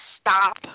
stop